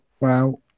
Wow